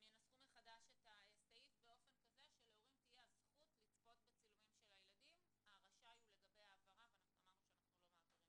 היתה הערה של לילך וגנר קודם